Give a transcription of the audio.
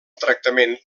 tractament